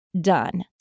done